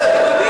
בבקשה, גברתי.